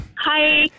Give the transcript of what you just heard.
Hi